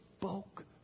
spoke